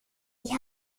die